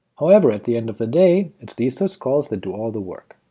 however, at the end of the day, it's these syscalls that do all the work.